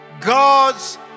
God's